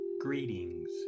greetings